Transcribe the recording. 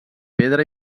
pedra